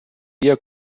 via